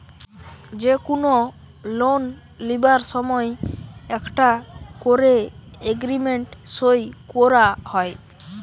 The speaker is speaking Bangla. যে কুনো লোন লিবার সময় একটা কোরে এগ্রিমেন্ট সই কোরা হয়